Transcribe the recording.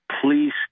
please